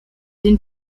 den